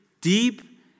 deep